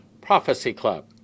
PROPHECYCLUB